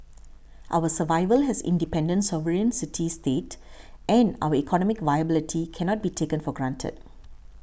our survival has independent sovereign city state and our economic viability cannot be taken for granted